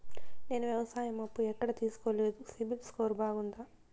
నేను వ్యవసాయం అప్పు ఎక్కడ తీసుకోలేదు, సిబిల్ స్కోరు బాగుందా?